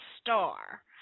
Star